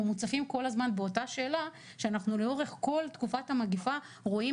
מוצפים כל הזמן באותה שאלה כשאנחנו לאורך כל תקופת המגפה רואים